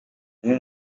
bamwe